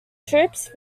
troops